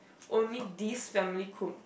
only this family could